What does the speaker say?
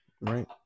Right